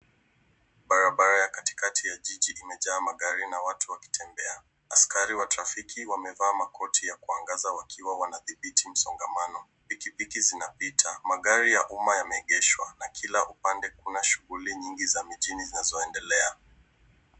Barabara ya kati ya jiji imejaa magari na watu wakitembea. Askari wa trafiki wamevaa makoti ya kugaza wakiwa wanadhibiti msongamano. Pikipiki zinapita, magari ya umma yameegeshwa. Na kila upande kuna shughuli nyingi za mjini zinazoendelea.